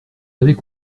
avait